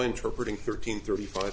interpreting thirteen thirty five